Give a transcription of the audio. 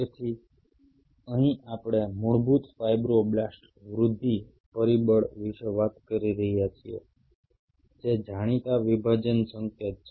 તેથી અહીં આપણે મૂળભૂત ફાઇબ્રોબ્લાસ્ટ વૃદ્ધિ પરિબળ વિશે વાત કરી રહ્યા છીએ જે જાણીતા વિભાજન સંકેત છે